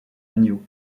agneau